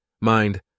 Mind